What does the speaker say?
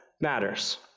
matters